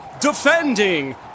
defending